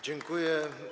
Dziękuję.